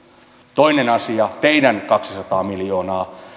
toinen asia teidän kaksisataa miljoonaa